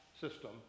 system